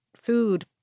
food